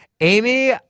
Amy